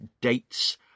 dates